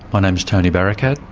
my name is tony barakat.